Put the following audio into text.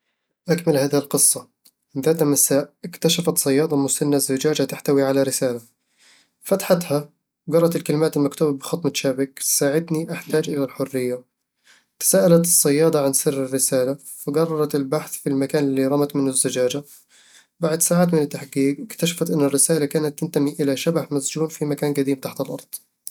أكمل هذه القصة: ذات مساء، اكتشفت صيادة مسنة زجاجة تحتوي على رسالة. فتحتها، وقرأت الكلمات المكتوبة بخط متشابك: "ساعدني، أحتاج إلى الحرية" تساءلت الصيادة عن سر الرسالة، فقررت البحث في المكان الذي رمت منه الزجاجة بعد ساعات من التحقيق، اكتشفت أن الرسالة كانت تنتمي إلى شبح مسجون في مكان قديم تحت الأرض